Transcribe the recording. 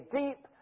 deep